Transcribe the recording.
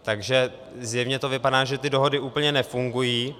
Takže zjevně to vypadá, že ty dohody úplně nefungují.